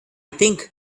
think